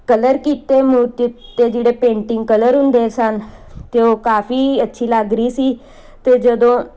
colour ਕੀਤੇ ਮੂਰਤੀ 'ਤੇ ਜਿਹੜੇ ਪੇਂਟਿੰਗ ਕਲਰ ਹੁੰਦੇ ਸਨ ਅਤੇ ਉਹ ਕਾਫੀ ਅੱਛੀ ਲੱਗ ਰਹੀ ਸੀ ਅਤੇ ਜਦੋਂ